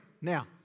Now